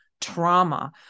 trauma